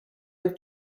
with